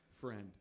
Friend